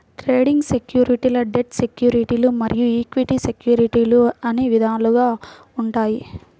trading సెక్యూరిటీలు debt సెక్యూరిటీలు మరియు ఈక్విటీ సెక్యూరిటీలు అని విధాలుగా ఉంటాయి